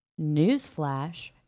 newsflash